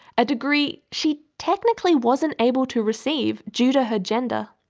a degree she technically wasn't able to receive due to her gender.